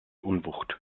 unwucht